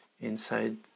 inside